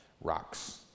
rocks